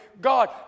God